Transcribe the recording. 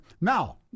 now